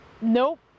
nope